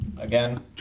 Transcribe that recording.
again